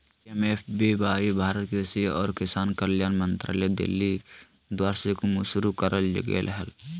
PMFBY Bharat कृषि और किसान कल्याण मंत्रालय दिल्ली द्वारास्कीमशुरू करल गेलय हल